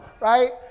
right